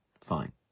Fine